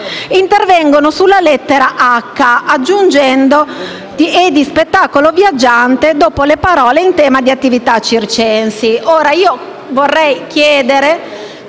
intervengono sulla lettera *h)* aggiungendo le parole: «e di spettacolo viaggiante» dopo le parole in tema di «attività circensi». Vorrei chiedere